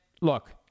look